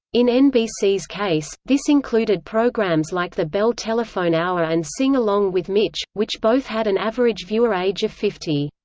in nbc's case, this included programs like the bell telephone hour and sing along with mitch, which both had an average viewer age of fifty.